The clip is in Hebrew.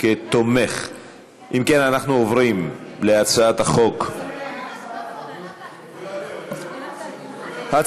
כשאני חוזר ועולה לדוכן הזה ומדבר על